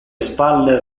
spalle